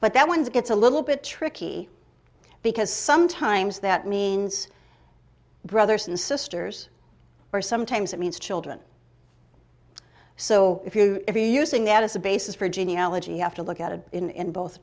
but that one's gets a little bit tricky because sometimes that means brothers and sisters or sometimes it means children so if you are using that as a basis for genealogy you have to look at it in both